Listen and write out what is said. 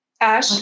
Ash